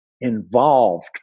involved